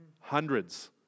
hundreds